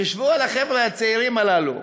חשבו על החבר'ה הצעירים הללו.